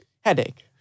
Headache